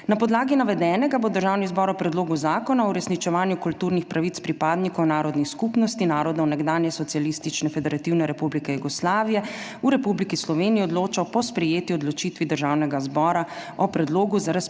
Na podlagi navedenega bo Državni zbor o Predlogu zakona o uresničevanju kulturnih pravic pripadnikov narodnih skupnosti narodov nekdanje Socialistične federativne republike Jugoslavije v Republiki Sloveniji odločal po sprejeti odločitvi Državnega zbora o predlogu za razpis